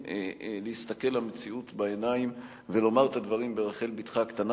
להסתכל למציאות בעיניים ולומר את הדברים ברחל בתך הקטנה,